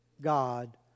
God